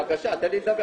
בעיקרון אלה הם הדברים